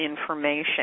information